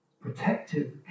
protective